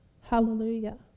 Hallelujah